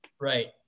Right